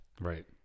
Right